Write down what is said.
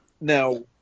now